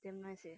damn nice eh